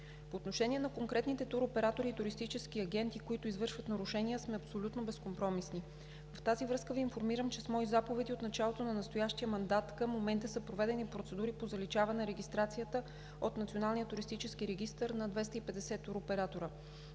По отношение на конкретните туроператори и туристически агенти, които извършват нарушения, сме абсолютно безкомпромисни. В тази връзка Ви информирам, че с мои заповеди от началото на настоящия мандат към настоящия момент са проведени процедури по заличаване регистрацията от Националния туристически